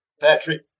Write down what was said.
Patrick